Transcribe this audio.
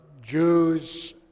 Jews